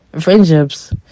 friendships